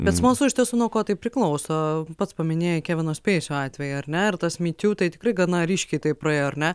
bet smalsu iš tiesų nuo ko tai priklauso pats paminėjai kevino speisio atvejį ar ne ir tas my tiū tai tikrai gana ryškiai taip praėjo ar ne